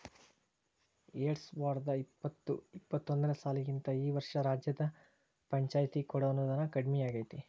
ಎರ್ಡ್ಸಾವರ್ದಾ ಇಪ್ಪತ್ತು ಇಪ್ಪತ್ತೊಂದನೇ ಸಾಲಿಗಿಂತಾ ಈ ವರ್ಷ ರಾಜ್ಯದ್ ಪಂಛಾಯ್ತಿಗೆ ಕೊಡೊ ಅನುದಾನಾ ಕಡ್ಮಿಯಾಗೆತಿ